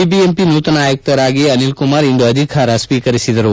BBMP ನೂತನ ಆಯುಕ್ತರಾಗಿ ಅನಿಲ್ ಕುಮಾರ್ ಇಂದು ಅಧಿಕಾರ ಸ್ನೀಕರಿಸಿದರು